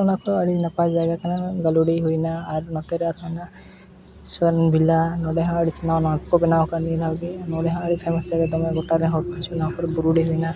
ᱚᱱᱟ ᱠᱚ ᱟᱹᱰᱤ ᱱᱟᱯᱟᱭ ᱡᱟᱭᱜᱟ ᱠᱟᱱᱟ ᱜᱟᱹᱞᱩᱰᱤ ᱦᱩᱭᱱᱟ ᱟᱨ ᱱᱚᱛᱮ ᱨᱮ ᱟᱨ ᱦᱚᱸ ᱦᱮᱱᱟᱜᱼᱟ ᱥᱚᱱ ᱵᱷᱤᱞᱟ ᱱᱚᱰᱮ ᱦᱚᱸ ᱟᱹᱰᱤ ᱪᱮᱦᱨᱟ ᱱᱟᱣᱟ ᱜᱮᱠᱚ ᱵᱮᱱᱟᱣ ᱟᱠᱟᱫ ᱱᱤᱭᱟᱹ ᱫᱷᱟᱣ ᱜᱮ ᱱᱚᱰᱮ ᱦᱚᱸ ᱱᱚᱰᱮ ᱦᱚᱸ ᱟᱹᱰᱤ ᱥᱟᱺᱜᱤᱧ ᱥᱟᱺᱜᱤᱧ ᱜᱚᱴᱟ ᱨᱮᱱ ᱦᱚᱲ ᱠᱚ ᱱᱚᱣᱟ ᱠᱚᱨᱮᱫ ᱵᱩᱨᱩᱰᱤ ᱦᱩᱭᱱᱟ